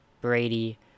Brady